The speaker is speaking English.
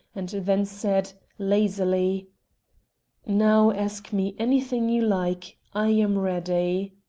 and then said, lazily now, ask me anything you like. i am ready.